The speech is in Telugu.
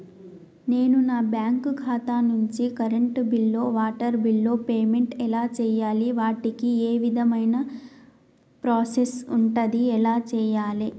నేను నా బ్యాంకు ఖాతా నుంచి కరెంట్ బిల్లో వాటర్ బిల్లో పేమెంట్ ఎలా చేయాలి? వాటికి ఏ విధమైన ప్రాసెస్ ఉంటది? ఎలా చేయాలే?